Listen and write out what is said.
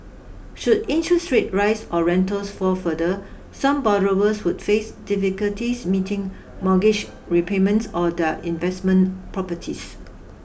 should interest rates rise or rentals fall further some borrowers could face difficulties meeting mortgage repayments or their investment properties